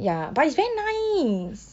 ya but it's very nice